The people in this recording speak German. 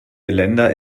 länder